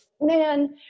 man